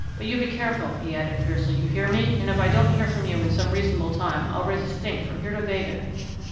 but you be careful, he added fiercely. you hear me? and if i don't hear from you in some reasonable time, i'll raise a stink from here to vega!